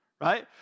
right